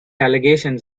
allegations